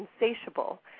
insatiable